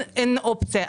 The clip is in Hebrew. אין אופציה,